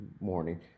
morning